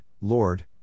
Lord